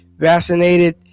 vaccinated